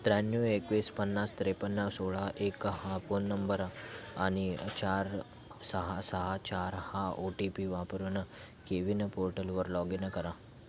त्र्याण्णव एकवीस पन्नास त्रेपन्न सोळा एक हा फोन नंबर आणि चार सहा सहा चार हा ओ टी पी वापरून केविन पोर्टलवर लॉग इन करा